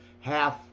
half